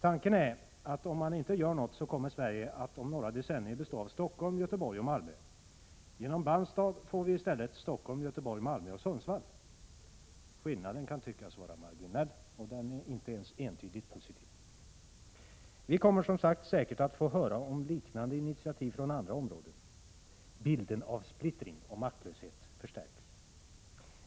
Tanken är att om man inte gör något kommer Sverige om några decennier att bestå av Stockholm, Göteborg och Malmö. Genom Bandstad får vi i stället Stockholm, Göteborg, Malmö och Sundsvall. Skillnaden kan tyckas vara marginell, och den är inte ens entydigt positiv. Vi kommer som sagt säkert att få höra om liknande initiativ från andra områden. Bilden av splittring och maktlöshet förstärks.